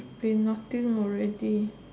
we nothing already